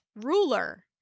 ruler